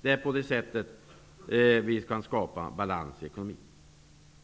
Det är på det sättet som vi kan skapa balans i ekonomin.